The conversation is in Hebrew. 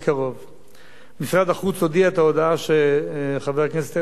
משרד החוץ הודיע את ההודעה שחבר הכנסת הרצוג הזכיר כאן.